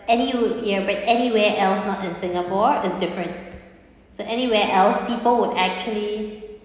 any wou~ ya but anywhere else not in singapore is different so anywhere else people would actually